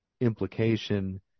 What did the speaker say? implication